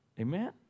amen